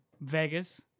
Vegas